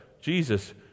Jesus